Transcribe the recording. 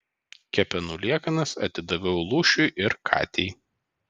kepenų liekanas atidaviau lūšiui ir katei